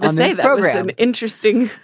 this program. interesting.